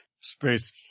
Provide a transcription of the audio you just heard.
Space